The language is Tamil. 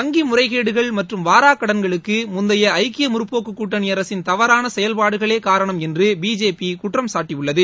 வங்கி முறைகேடுகள் மற்றும் வாராக் கடன்களுக்கு முந்தைய ஐக்கிய முற்போக்குக் கூட்டணி அரசின் தவறான செயல்பாடுகளே காரணம் என்று பிஜேபி குற்றம் சாட்டியுள்ளது